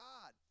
God